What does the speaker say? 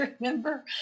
remember